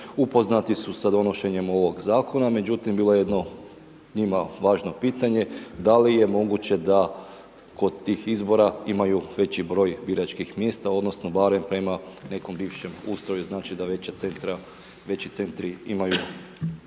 Upoznati su sa donošenjem ovog zakona. Međutim bilo je jedno njima važno pitanje da li je moguće da kod tih izbora imaju veći broj biračkih mjesta, odnosno barem prema nekom bivšem ustroju, znači da veći centri imaju